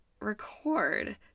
record